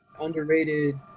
underrated